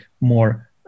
more